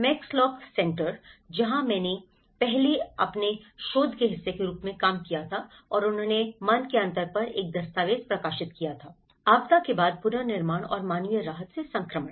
max Lock Centre जहां मैंने पहले अपने शोध के हिस्से के रूप में काम किया था और उन्होंने मन के अंतर पर एक दस्तावेज प्रकाशित किया है आपदा के बाद पुनर्निर्माण और मानवीय राहत से संक्रमण